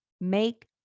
Make